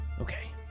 Okay